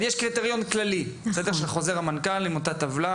האם יש קריטריון כללי של חוזר המנכ"ל עם אותה הטבלה?